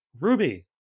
Ruby